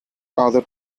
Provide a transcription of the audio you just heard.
other